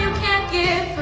can't get